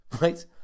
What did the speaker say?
right